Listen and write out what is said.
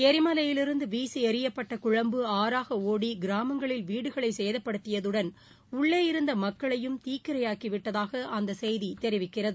ளிமலையிலிருந்து வீசி எறியப்பட்ட குழம்பு ஆறாக ஒடி கிராமங்களில் வீடுகளை சேதப்படுத்தியதுடன் உள்ளே இருந்த மக்களையும் தீக்கரையாக்கி விட்டதாக அந்த செய்தி தெரிவிக்கிறது